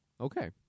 Okay